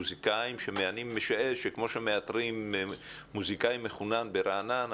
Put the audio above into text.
למוסיקאים שאני משער כמו שמאתרים מוסיקאי מחונן ברעננה,